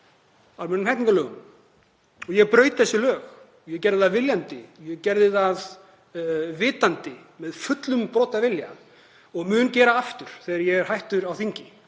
almennum hegningarlögum. Ég braut þessi lög. Ég gerði það viljandi, ég gerði það vitandi með fullum brotavilja og mun gera það aftur þegar ég er hættur á þingi,